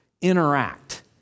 interact